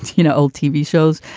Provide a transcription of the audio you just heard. you know, old tv shows.